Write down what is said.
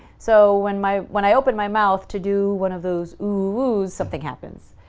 so when my when i opened my mouth to do one of those oohhhhs, something happens.